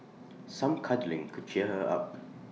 some cuddling could cheer her up